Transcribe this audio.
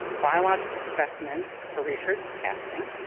biological specimens for research testing,